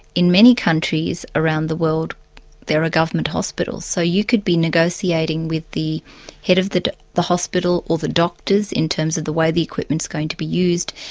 in many countries around the world there are government hospitals. so you could be negotiating with the head of the the hospital or the doctors, in terms of the way the equipment is going to be used,